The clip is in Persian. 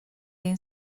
این